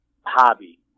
hobby